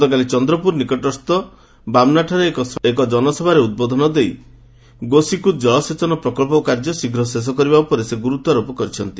ଗତକାଲି ଚନ୍ଦ୍ରପୁର ନିକଟସ୍ଥ ବାମନାଠାରେ ଏକ ଜନସଭାରେ ଉଦ୍ବୋଧନ ଦେଇ ଗୋସିକୁଦ ଜଳସେଚନ ପ୍ରକଳ୍ପ କାର୍ଯ୍ୟ ଶେଷ କରିବା ଉପରେ ଗୁରୁତ୍ୱାରୋପ କରିଛନ୍ତି